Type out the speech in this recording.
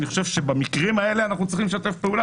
אני חושב שבמקרים האלה אנחנו צריכים לשתף פעולה,